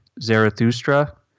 Zarathustra